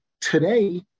Today